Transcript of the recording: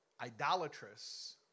idolatrous